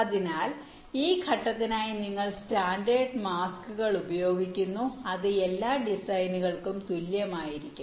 അതിനാൽ ഈ ഘട്ടത്തിനായി നിങ്ങൾ സ്റ്റാൻഡേർഡ് മാസ്കുകൾ ഉപയോഗിക്കുന്നു അത് എല്ലാ ഡിസൈനുകൾക്കും തുല്യമായിരിക്കും